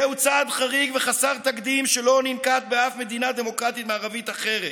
זהו צעד חריג וחסר תקדים שלא ננקט באף מדינה דמוקרטית מערבית אחרת,